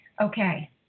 Okay